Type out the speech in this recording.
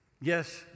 Yes